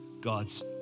God's